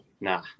nah